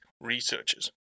researchers